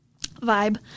vibe